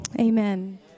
Amen